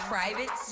Private